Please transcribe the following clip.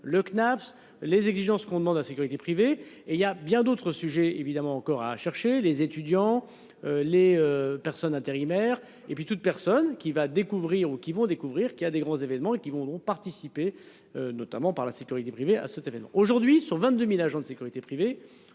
le CNAPS, les exigences qu'on demande la sécurité privée et il y a bien d'autres sujets évidemment encore à chercher les étudiants. Les personnes intérimaires et puis toute personne qui va découvrir ou qui vont découvrir qu'il y a des grands événements et qui vont donc participer notamment par la sécurité privée à se termine aujourd'hui sur 22.000 agents de sécurité privés.